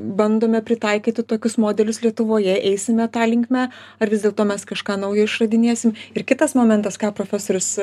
bandome pritaikyti tokius modelius lietuvoje eisime ta linkme ar vis dėlto mes kažką naujo išradinėsim ir kitas momentas ką profesorius